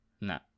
No